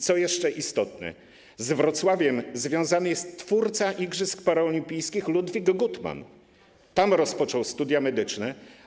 Co jeszcze istotne, z Wrocławiem związany jest twórca igrzysk paraolimpijskich Ludwig Guttmann, który tam rozpoczął studia medyczne.